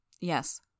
Yes